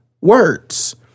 words